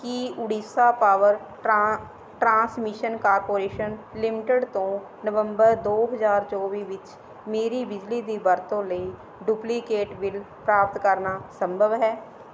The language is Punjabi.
ਕੀ Odisha power transmission corporation limited ਤੋਂ ਨਵੰਬਰ ਦੋ ਹਜ਼ਾਰ ਚੌਵੀ ਵਿੱਚ ਮੇਰੀ ਬਿਜਲੀ ਦੀ ਵਰਤੋਂ ਲਈ ਡੁਪਲੀਕੇਟ ਬਿੱਲ ਪ੍ਰਾਪਤ ਕਰਨਾ ਸੰਭਵ ਹੈ